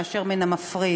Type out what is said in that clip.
מאשר מן המפריד.